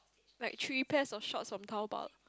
like three pairs of shorts from Taobao